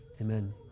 Amen